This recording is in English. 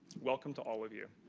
welcome to all of you.